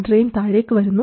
drain താഴേക്ക് വരുന്നു